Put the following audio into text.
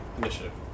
initiative